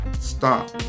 stop